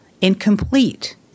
incomplete